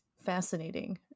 fascinating